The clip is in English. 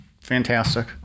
fantastic